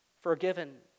forgiven